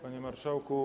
Panie Marszałku!